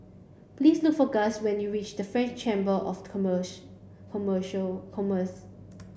please look for Guss when you reach the French Chamber of Commercial Commerce